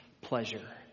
pleasure